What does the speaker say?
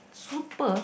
super